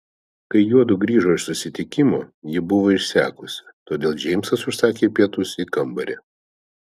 kai juodu grįžo iš susitikimo ji buvo išsekusi todėl džeimsas užsakė pietus į kambarį